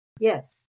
yes